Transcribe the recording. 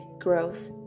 growth